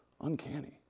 uncanny